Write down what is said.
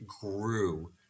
grew